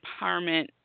empowerment